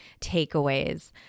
takeaways